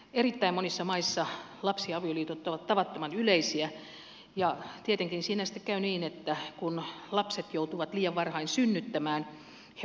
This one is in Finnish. erittäin monissa maissa lapsiavioliitot ovat tavattoman yleisiä ja tietenkin siinä sitten käy niin että kun lapset joutuvat liian varhain synnyttämään he vammautuvat